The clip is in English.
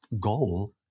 goal